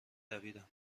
دویدم